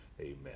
Amen